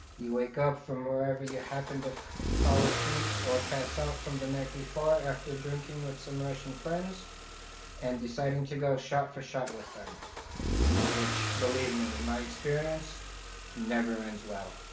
you wake up from wherever you happen to fall asleep or pass out from the night before after drinking with some russian friends and deciding to go shot-for-shot with them which believe me in my experience never ends well.